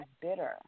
bitter